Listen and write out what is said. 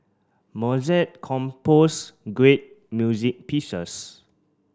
Mozart composed great music pieces